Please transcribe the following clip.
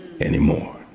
anymore